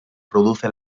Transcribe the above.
produce